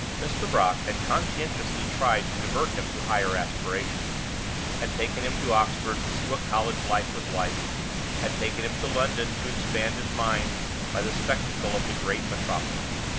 mr. brock had conscientiously tried to divert him to higher aspirations had taken him to oxford, to see what college life was like had taken him to london, to expand his mind by the spectacle of the great metropolis.